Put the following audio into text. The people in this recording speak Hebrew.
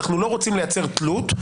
אנחנו לא רוצים לייצר תלות,